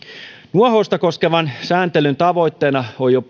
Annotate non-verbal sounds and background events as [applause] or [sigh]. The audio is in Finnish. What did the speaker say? nuohousta koskevan sääntelyn tavoitteena on jo [unintelligible]